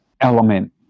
element